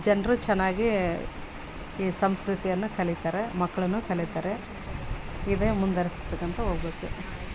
ಜನ್ರು ಚೆನ್ನಾಗಿ ಈ ಸಂಸ್ಕೃತಿಯನ್ನ ಕಲಿತಾರೆ ಮಕ್ಳು ಕಲಿತಾರೆ ಇದೇ ಮುಂದ್ವರಿಸ್ಕೋತ ಹೋಗ್ಬೇಕು